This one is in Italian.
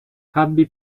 abbi